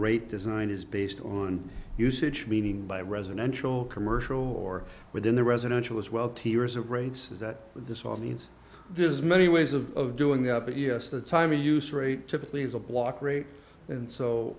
rate design is based on usage meaning by residential commercial or within the residential as well tiers of rates is that this all means there's many ways of doing the up but yes the time we use rate typically is a block rate and so